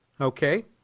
Okay